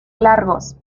largos